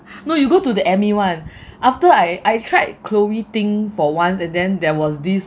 no you go to the amy [one] after I I tried chloe ting for once and then there was this